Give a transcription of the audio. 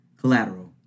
collateral